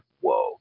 whoa